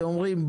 אתם אומרים,